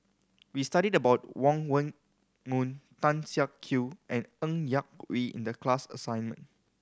we studied about Wong Meng Voon Tan Siak Kew and Ng Yak Whee in the class assignment